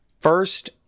first